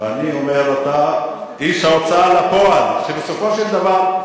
אני אומר: אתה איש ההוצאה לפועל, כשבסופו של דבר,